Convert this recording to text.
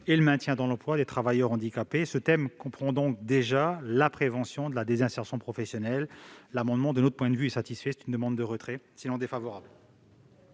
et le maintien dans l'emploi des travailleurs handicapés. Ce thème inclut donc déjà la prévention de la désinsertion professionnelle. Cet amendement, de notre point de vue, est satisfait. J'en demande donc retrait. À défaut,